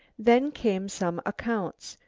then came some accounts,